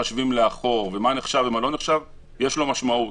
מחשבים לאחור ומה נחשב ומה לא נחשב יש לו משמעות.